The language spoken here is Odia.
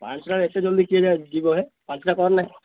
ପାଞ୍ଚଟା ଏତେ ଜଲ୍ଦି କିଏ ଯା ଯିବ ହେ ପାଞ୍ଚଟା ପରେ ନାହିଁ